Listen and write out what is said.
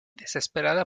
desesperada